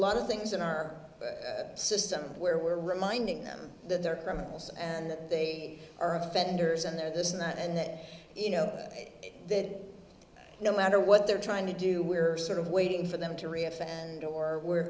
lot of things in our system where we're reminding them that they're criminals and that they are offenders and they're this and that and that you know that no matter what they're trying to do we're sort of waiting for them to re offend and or we're